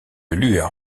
lueur